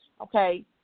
okay